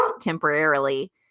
temporarily